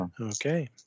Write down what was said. Okay